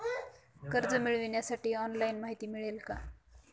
कर्ज मिळविण्यासाठी ऑनलाइन माहिती मिळेल का?